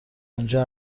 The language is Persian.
اونجا